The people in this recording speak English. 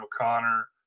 O'Connor